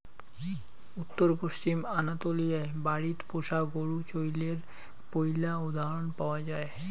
উত্তর পশ্চিম আনাতোলিয়ায় বাড়িত পোষা গরু চইলের পৈলা উদাহরণ পাওয়া যায়